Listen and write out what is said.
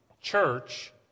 church